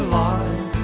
life